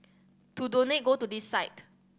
to donate go to this site